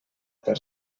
per